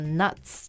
nuts